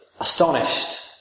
astonished